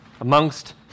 amongst